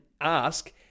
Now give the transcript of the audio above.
ask